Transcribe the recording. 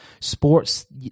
sports